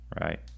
right